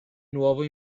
nuovo